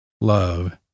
love